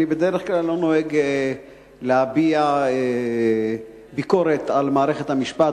בדרך כלל אני לא נוהג להביע ביקורת על מערכת המשפט,